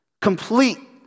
complete